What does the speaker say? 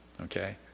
Okay